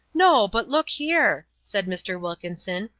no, but look here, said mr. wilkinson,